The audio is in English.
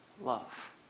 love